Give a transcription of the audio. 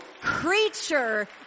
creature